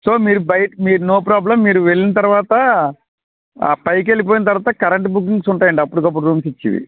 so మీరు బయట మీరు నో ప్రాబ్లం మీరు వెళ్ళిన తరువాత ఆ పైకి వెళ్ళిపోయిన తరువాత కరెంట్ బుకింగ్స్ ఉంటాయి అండి అప్పుటికప్పుడు రూమ్స్ ఇచ్చేవి